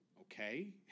Okay